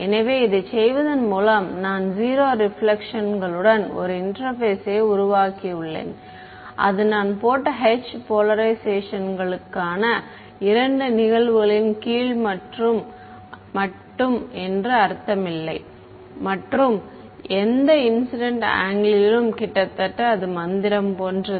எனவே இதைச் செய்வதன் மூலம் நான் 0 ரெபிலேக்ஷன்களுடன் ஒரு இன்டெர்பேஸை உருவாக்கியுள்ளேன் அது நான் போட்ட h போலரைஷேஷன்களுக்கான இரண்டு நிகழ்வுகளின் கீழ் மட்டும் என்று அர்த்தம் இல்லை மற்றும் எந்த இன்சிடென்ட் ஆங்கிளிலும் கிட்டத்தட்ட அது மந்திரம் போன்றது